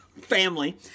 family